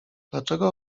dlaczego